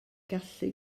gallu